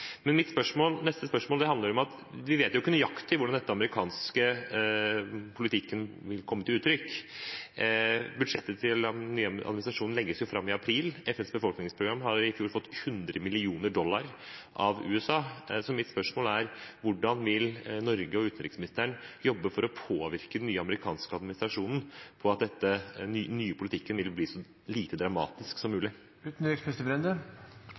Mitt neste spørsmål handler om at vi ikke vet nøyaktig hvordan denne amerikanske politikken vil komme til uttrykk. Budsjettet til den nye administrasjonen legges fram i april. FNs befolkningsprogram fikk i fjor 100 millioner dollar av USA. Så mitt spørsmål er: Hvordan vil Norge og utenriksministeren jobbe for å påvirke den nye amerikanske administrasjonen for at den nye politikken skal bli så lite dramatisk som mulig?